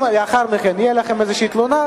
אם לאחר מכן תהיה לכם איזושהי תלונה,